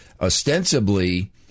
ostensibly